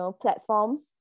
platforms